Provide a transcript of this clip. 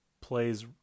plays